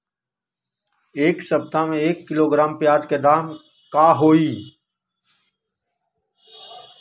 एक सप्ताह में एक किलोग्राम प्याज के दाम का होई?